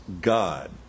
God